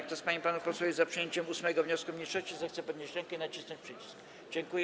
Kto z pań i panów posłów jest za przyjęciem 8. wniosku mniejszości, zechce podnieść rękę i nacisnąć przycisk.